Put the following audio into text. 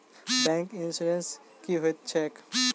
Bank insurance की होइत छैक?